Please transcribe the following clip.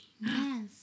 Yes